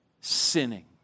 sinning